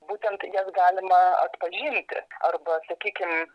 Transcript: būtent jas galima atpažinti arba sakykim